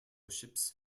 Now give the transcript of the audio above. ships